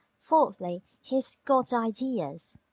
fourthly, he's got ideas.